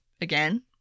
again